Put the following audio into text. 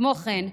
כמו כן,